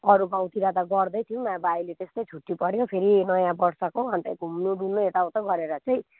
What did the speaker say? अरू गाउँतिर त गर्दै थियौँ अब अहिले त्यस्तै छुट्टी पर्यो फेरि नयाँ वर्षको अन्त घुम्नु डुल्नु यता उता गरेर चाहिँ